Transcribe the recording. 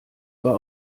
war